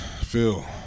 Phil